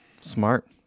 Smart